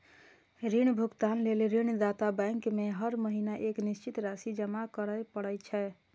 ऋण भुगतान लेल ऋणदाता बैंक में हर महीना एक निश्चित राशि जमा करय पड़ै छै